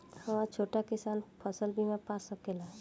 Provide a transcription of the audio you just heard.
हा छोटा किसान फसल बीमा पा सकेला?